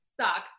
sucks